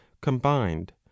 combined